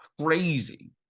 crazy